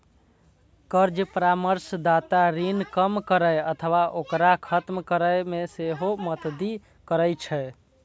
कर्ज परामर्शदाता ऋण कम करै अथवा ओकरा खत्म करै मे सेहो मदति करै छै